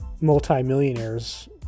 multi-millionaires